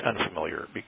unfamiliar